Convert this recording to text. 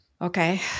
Okay